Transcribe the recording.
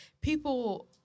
people –